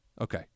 Okay